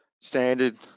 standard